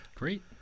great